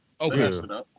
Okay